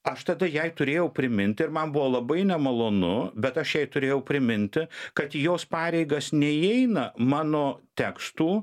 aš tada jai turėjau priminti ir man buvo labai nemalonu bet aš jai turėjau priminti kad į jos pareigas neįeina mano tekstų